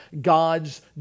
God's